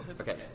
Okay